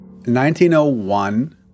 1901